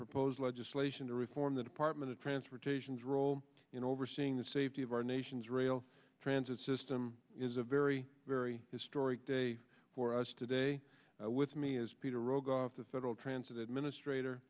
propose legislation to reform the department of transportation's role in overseeing the safety of our nation's rail transit system is a very very historic day for us today with me as peter rogoff the federal transit administrator